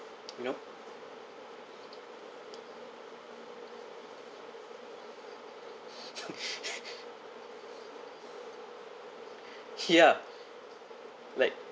you know ya like